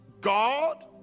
god